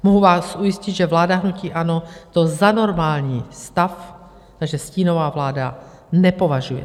Mohu vás ujistit, že vláda hnutí ANO to za normální stav, naše stínová vláda, nepovažuje.